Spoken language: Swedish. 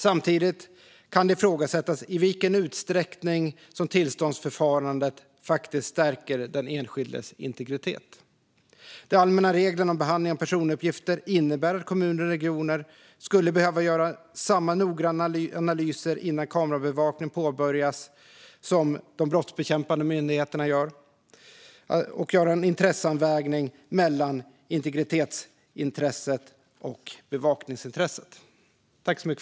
Samtidigt kan det ifrågasättas i vilken utsträckning tillståndsförfarandet faktiskt stärker den enskildes integritet. De allmänna reglerna om behandling av personuppgifter innebär att kommuner och regioner skulle behöva göra samma noggranna analyser innan kamerabevakning påbörjas som de brottsbekämpande myndigheterna gör och göra en intresseavvägning mellan integritetsintresset och bevakningsintresset.